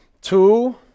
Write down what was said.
Two